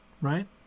right